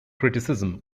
criticism